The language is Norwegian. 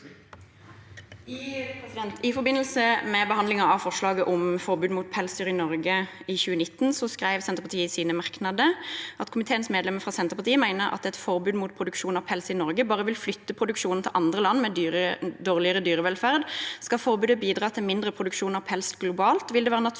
I forbin- delse med behandlingen av forslaget om forbud mot pelsdyr i Norge i 2019 skrev Senterpartiet i sine merknader: «Komiteens medlemmer fra Senterpartiet mener at et forbud mot produksjon av pels i Norge bare vil flytte produksjonen til andre land med dårligere dyrevelferd. Skal forbudet bidra til mindre produksjon av pels globalt, vil det være naturlig